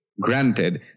granted